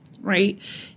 Right